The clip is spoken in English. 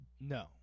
No